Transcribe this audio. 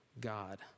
God